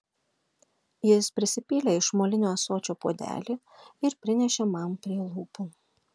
jis pripylė iš molinio ąsočio puodelį ir prinešė man prie lūpų